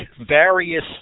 various